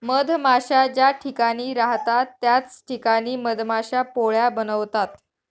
मधमाश्या ज्या ठिकाणी राहतात त्याच ठिकाणी मधमाश्या पोळ्या बनवतात